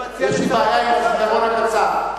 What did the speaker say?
יש לי בעיה עם הזיכרון הקצר,